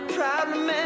problem